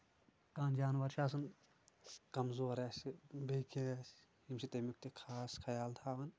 کانٛہہ جانور چھُ آسان کَمزور آسہِ بیٚیہِ کیٚاہ آسہِ ییٚمہِ سۭتۍ تمیُک تہِ خاص خیال تھاوان